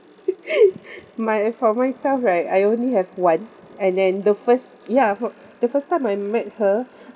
my for myself right I only have one and then the first ya for the first time I met her